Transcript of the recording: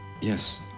Yes